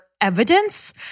evidence